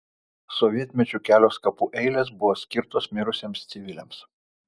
sovietmečiu kelios kapų eilės buvo skirtos mirusiems civiliams